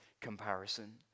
comparison